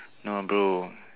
no blue